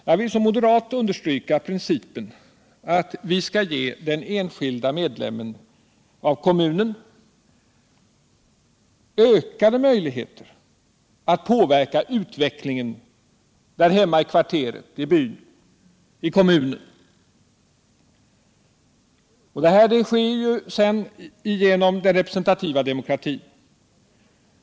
Jag vill som moderat understryka principen att vi skall ge den enskilde medlemmen av kommunen ökade möjligheter att påverka utvecklingen där hemma i kvarteret, i byn, i kommunen. Detta sker ju främst genom den representativa demokratin.